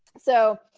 so